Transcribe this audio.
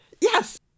yes